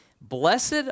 blessed